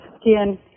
skin